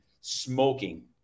smoking